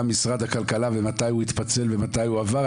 משרד הכלכלה ומתי הוא התפצל ומתי הוא עבר,